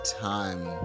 time